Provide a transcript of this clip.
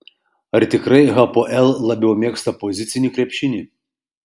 ar tikrai hapoel labiau mėgsta pozicinį krepšinį